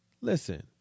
listen